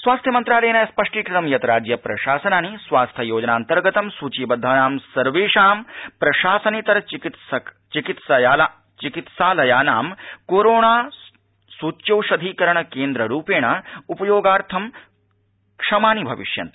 स्वास्थ्यमंत्रालयेन स्पष्टीकृतं यत् राज्यप्रशासनानि स्वास्थ्ययोजनान्तर्गतं सूचिबद्धानां सर्वेषां प्रशासनेतरचिकित्सालयानां कोरोनाटीकाकरण केन्द्ररुपेण उपयोगार्थं क्षमानि भविष्यन्ति